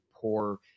poor